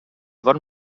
bon